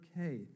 okay